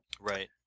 Right